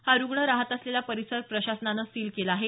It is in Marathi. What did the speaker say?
हा रुग्ण रहात असलेला परिसर प्रशासनानं सील केला आहे